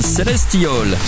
Celestial